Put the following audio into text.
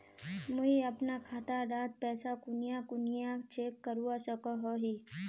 मुई अपना खाता डात पैसा कुनियाँ कुनियाँ चेक करवा सकोहो ही?